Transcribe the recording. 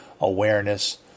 awareness